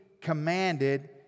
commanded